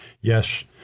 yes